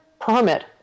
permit